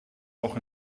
auch